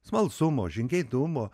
smalsumo žingeidumo